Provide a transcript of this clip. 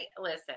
listen